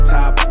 Top